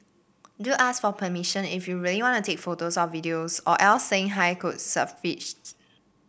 do ask for permission if you really want to take photos or videos or else saying hi could suffice